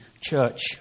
Church